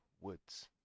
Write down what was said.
woods